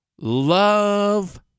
love